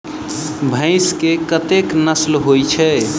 भैंस केँ कतेक नस्ल होइ छै?